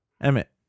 Emmet